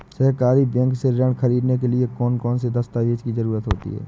सहकारी बैंक से ऋण ख़रीदने के लिए कौन कौन से दस्तावेजों की ज़रुरत होती है?